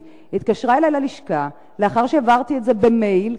התקשרה אלי ללשכה לאחר שהעברתי את זה במייל,